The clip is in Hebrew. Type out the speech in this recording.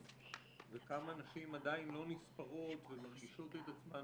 וכמה נשים עדיין לא נספרות ומרגישות את עצמן,